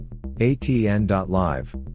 ATN.Live